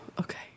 okay